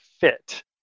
fit